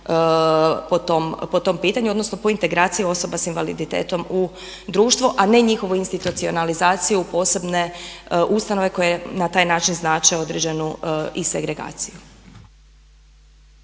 po tom pitanju, odnosno po integraciji osoba s invaliditetom u društvo, a ne njihovu institucionalizaciju u posebne ustanove koje na taj način znače određenu i segregaciju.